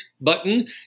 button